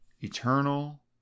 eternal